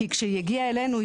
כשהיא הגיעה אלינו,